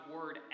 Word